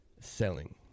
selling